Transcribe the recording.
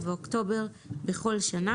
ובאוקטובר בכל שנה,